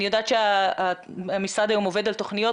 אני יודעת שהמשרד היום עובד על תכניות,